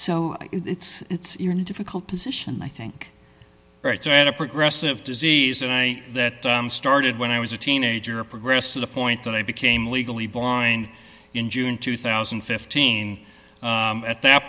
so it's it's a difficult position i think it's i had a progressive disease and i that started when i was a teenager progressed to the point that i became legally blind in june two thousand and fifteen at that